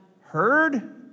heard